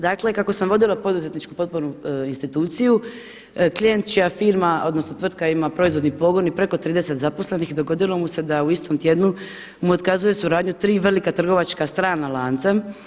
Dakle, kako sam vodila poduzetničku potpornu instituciju klijent čija firma, odnosno tvrtka ima proizvodni pogon i preko 30 zaposlenih dogodilo mu se da u istom tjednu mu otkazuje suradnju tri velika trgovačka strana lanca.